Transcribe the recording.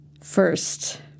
First